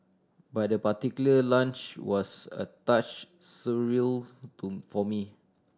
but that particular lunch was a touch surreal to for me